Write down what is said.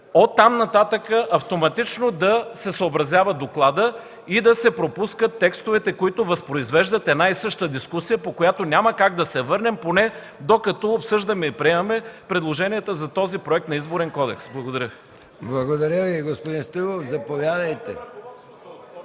от там нататък автоматично да се съобразява докладът и да се пропускат текстовете, които възпроизвеждат една и съща дискусия, по която няма как да се върнем, поне докато обсъждаме и приемаме предложенията за този Проект на Изборен кодекс. Благодаря. ПРЕДСЕДАТЕЛ МИХАИЛ